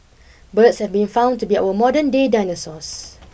birds have been found to be our modernday dinosaurs